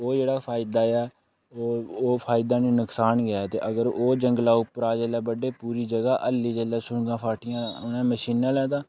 ते ओह् जेह्ड़ा फायदा ऐ ओह् ओह् फायदा निं नुकसान गै ऐ ते अगर ओह् जंगला उप्परा जेल्लै बड्ढे पूरी जगह् हल्ली जेल्लै सुरंगा फाट्टियां उ'नें मशीनां आह्लें तां